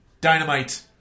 Dynamite